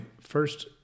first